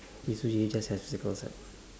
it's just have stick outside